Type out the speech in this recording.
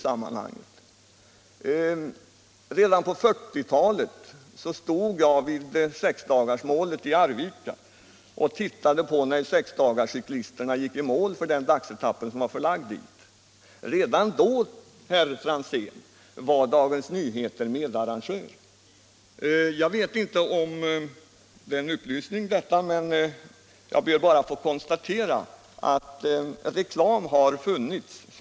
Redan på 1940-talet stod jag vid sexdagarsloppets mål i Arvika och tittade på när sexdagarscyklisterna gick i mål där. Redan då, herr Franzén, var Dagens Nyheter medarrangör. Jag vet inte om detta är en upplysning, men jag ber bara att få konstatera att reklam har funnits sedan länge.